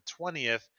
20th